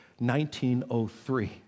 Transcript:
1903